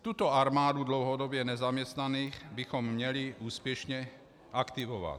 Tuto armádu dlouhodobě nezaměstnaných bychom měli úspěšně aktivovat.